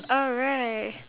all right